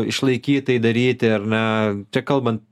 išlaikytai daryti ar ne čia kalbant